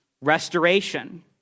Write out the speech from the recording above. restoration